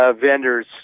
vendors